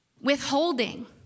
withholding